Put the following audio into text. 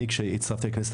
כשהצטרפתי לכנסת,